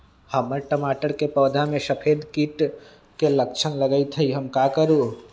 हमर टमाटर के पौधा में सफेद सफेद कीट के लक्षण लगई थई हम का करू?